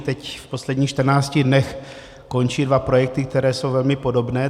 Teď, v posledních 14 dnech, končí dva projekty, které jsou velmi podobné.